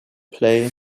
play